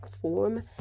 form